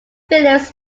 phillips